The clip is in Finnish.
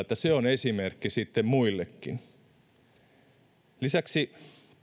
että se on esimerkki sitten muillekin lisäksi